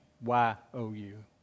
Y-O-U